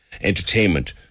entertainment